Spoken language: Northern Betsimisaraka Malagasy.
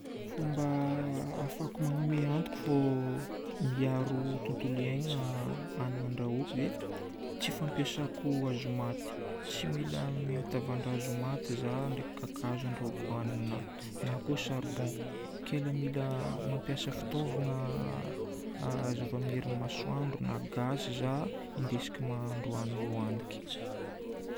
Fomba ahafahako magnamia antoka fô miaro tontolo iainana hanigna andrahoako dia tsy fampiasako hazo maty. Tsy mila mitavandra hazo maty za ndraiky kakazo andrahoako hanignanahy, na koa charbon. Ke le mila mampiasa fitaovagna azo avy amin'ny herin'ny masoandro na gaz zaho andesiko mahandro hanigny hohaniko.